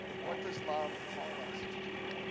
what does love call us to do?